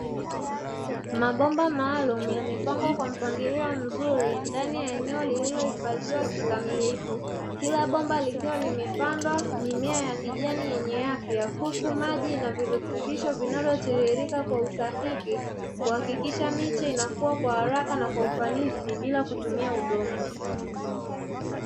Mabomba maalum yamepangwa kwa mpangilio mzuri ndani ya eneo lililohifadhiwa kikamilifu, kila bomba likiwa limepandwa mimea ya kijani yenye afya huku maji na virutubisho vinavyotiririka kwa usahihi, kuhakikisha miche inakuwa kwa haraka na kwa ufanisi bila kutumia udongo.